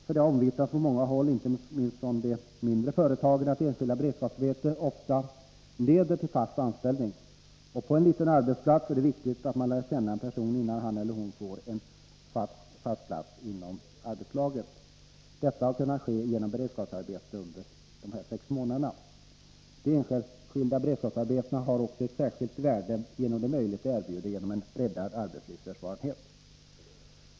Det har omvittnats från många håll, inte minst från de mindre företagen, att enskilda beredskapsarbeten ofta leder till fast anställning. På en liten arbetsplats är det viktigt att man lär känna en person innan han eller hon får en fast plats i arbetslaget. Detta har kunnat ske genom beredskapsarbete under dessa sex månader. De enskilda beredskapsarbetena har också ett särskilt värde genom de möjligheter de erbjuder att ge en breddad arbetslivserfarenhet.